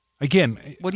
Again